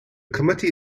committee